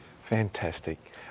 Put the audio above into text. fantastic